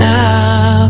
now